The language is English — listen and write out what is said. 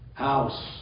house